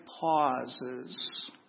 pauses